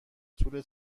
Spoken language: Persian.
طول